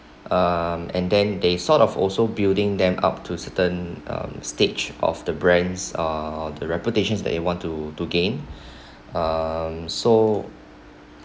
um and then they sort of also building them up to a certain um stage of the brands uh the reputation that you want to to gain um so